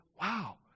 wow